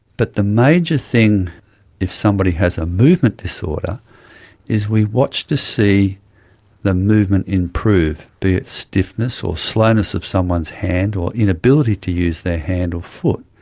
but the major thing if somebody has a movement disorder is we watch to see the movement improve, be it stiffness or slowness of someone's hand or inability to use their hand or foot.